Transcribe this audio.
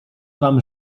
wam